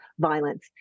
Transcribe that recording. violence